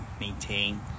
maintain